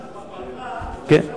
גם בפגרה,